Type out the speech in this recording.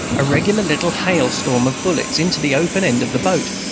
a regular little hail-storm of bullets into the open end of the boat,